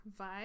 vibe